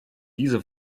diese